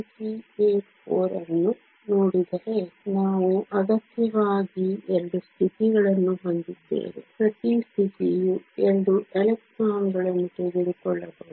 384 ಅನ್ನು ನೋಡಿದರೆ ನಾವು ಅಗತ್ಯವಾಗಿ 2 ಸ್ಥಿತಿಗಳನ್ನು ಹೊಂದಿದ್ದೇವೆ ಪ್ರತಿ ಸ್ಥಿತಿವು 2 ಎಲೆಕ್ಟ್ರಾನ್ಗಳನ್ನು ತೆಗೆದುಕೊಳ್ಳಬಹುದು